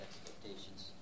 expectations